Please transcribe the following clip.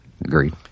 agreed